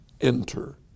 enter